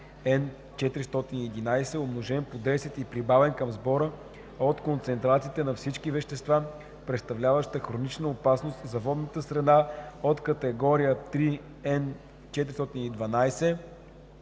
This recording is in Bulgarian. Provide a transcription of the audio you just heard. (Н411), умножен по 10 и прибавен към сбора от концентрациите на всички вещества, представляващи хронична опасност за водната среда от категория 3 (Н412),